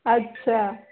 అచ్చా